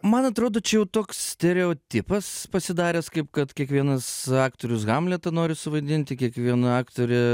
man atrodo čia jau toks stereotipas pasidaręs kaip kad kiekvienas aktorius hamletą nori suvaidinti kiekviena aktorė